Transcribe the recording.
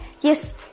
Yes